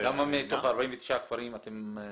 --- כמה מתוך 49 הכפרים באחריותכם?